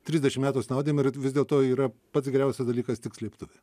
trisdešim metų snaudėme ir vis dėlto yra pats geriausias dalykas tik slėptuvė